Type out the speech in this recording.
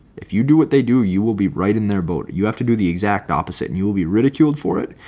if you do what they do, you will be right in their boat, you have to do the exact opposite and you will be ridiculed for it.